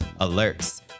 Alerts